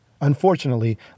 Unfortunately